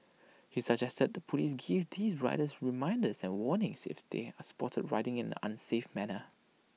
he suggested the Police give these riders reminders and warnings if they are spotted riding in an unsafe manner